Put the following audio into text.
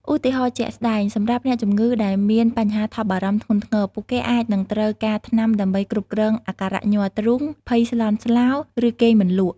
ឧទាហរណ៍ជាក់ស្តែង: សម្រាប់អ្នកជំងឺដែលមានបញ្ហាថប់បារម្ភធ្ងន់ធ្ងរ ពួកគេអាចនឹងត្រូវការថ្នាំដើម្បីគ្រប់គ្រងអាការៈញ័រទ្រូង ភ័យស្លន់ស្លោ ឬគេងមិនលក់។